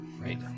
Right